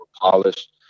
polished